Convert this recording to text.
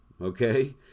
okay